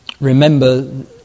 remember